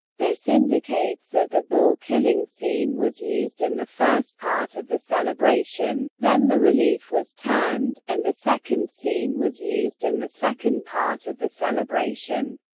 this indicates that the bull killing scene was used in the first part of the celebration, then the relief was turned, and the second scene was used in the second part of the celebration.